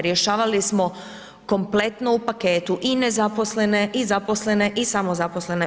Rješavali smo kompletno u paketu, i nezaposlene i zaposlene i samozaposlene.